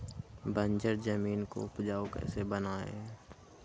बंजर जमीन को उपजाऊ कैसे बनाय?